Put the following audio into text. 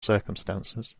circumstances